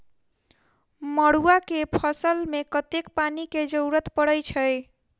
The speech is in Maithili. मड़ुआ केँ फसल मे कतेक पानि केँ जरूरत परै छैय?